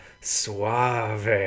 Suave